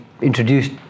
introduced